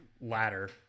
ladder